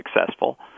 successful